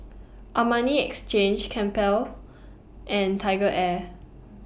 Armani Exchange Campbell's and TigerAir